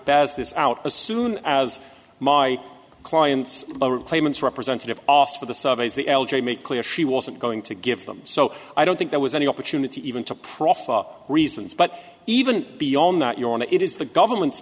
baz this out as soon as my client's claimants representative off for the surveys the l j made clear she wasn't going to give them so i don't think there was any opportunity even to proffer reasons but even beyond that your honor it is the government's